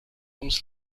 ums